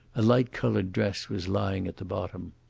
a light-coloured dress was lying at the bottom.